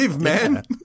man